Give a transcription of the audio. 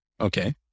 Okay